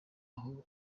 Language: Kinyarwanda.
aho